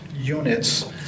units